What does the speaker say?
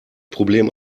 problem